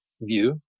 view